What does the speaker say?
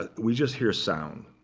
ah we just hear sound.